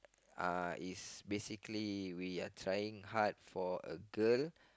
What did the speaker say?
uh is basically we are trying hard for a girl